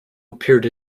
appeared